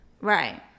Right